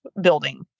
building